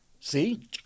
See